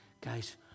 guys